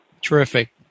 Terrific